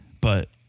but-